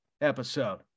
episode